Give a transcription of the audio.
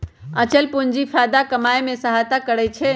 आंचल पूंजी फयदा कमाय में सहयता करइ छै